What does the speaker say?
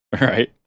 right